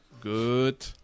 good